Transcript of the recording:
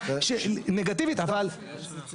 הקלה כמותית.